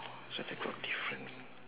such a group of different